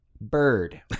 Bird